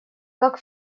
как